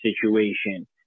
situation